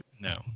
no